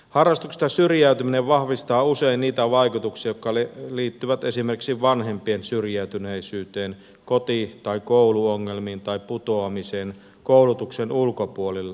harrastuksista syrjäytyminen vahvistaa usein niitä vaikutuksia jotka liittyvät esimerkiksi vanhempien syrjäytyneisyyteen koti tai kouluongelmiin tai putoamiseen koulutuksen ulkopuolelle